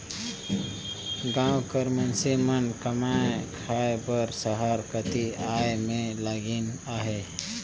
गाँव कर मइनसे मन कमाए खाए बर सहर कती आए में लगिन अहें